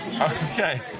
Okay